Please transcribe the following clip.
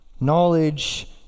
Knowledge